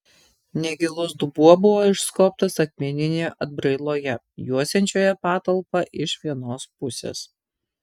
negilus dubuo buvo išskobtas akmeninėje atbrailoje juosiančioje patalpą iš vienos pusės